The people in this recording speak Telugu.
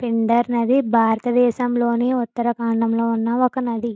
పిండార్ నది భారత దేశంలోని ఉత్తరా ఖండ్లో ఉన్న ఒక నది